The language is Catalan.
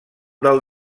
del